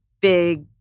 big